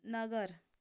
नगर